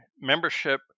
membership